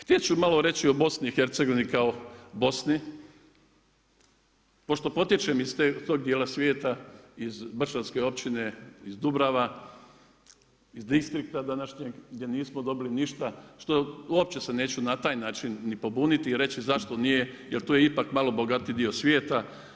Htjeti ću malo reći o BiH kao Bosni pošto potječem iz tog dijela svijeta iz Brčanske općine iz Dubrava iz Distrikta današnjeg gdje nismo dobili ništa što uopće se neću na taj način ni pobuniti i reći zašto nije jer to je ipak malo bogatiji dio svijeta.